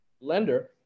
lender